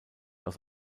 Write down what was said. aus